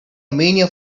mania